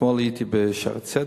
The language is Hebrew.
אתמול הייתי ב"שערי צדק",